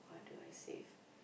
what do I say